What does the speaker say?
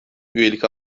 üyelik